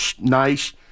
nice